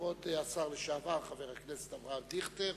כבוד השר לשעבר, חבר הכנסת אברהם דיכטר.